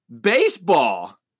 Baseball